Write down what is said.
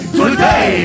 today